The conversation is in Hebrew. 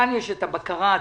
כאן יש את הבקרה הציבורית.